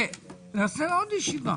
נעשה עוד ישיבה.